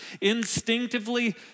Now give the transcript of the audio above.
instinctively